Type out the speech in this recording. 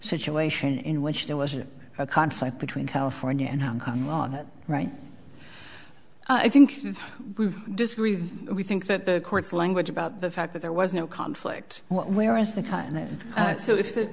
situation in which there wasn't a conflict between california and i'm coming on it right i think we disagree we think that the court's language about the fact that there was no conflict where is the cut and so if